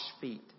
feet